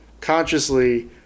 consciously